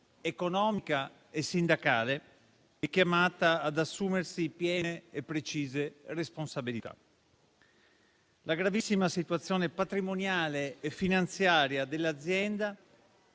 economica e sindacale, è chiamata ad assumersi piene e precise responsabilità. La gravissima situazione patrimoniale e finanziaria dell'azienda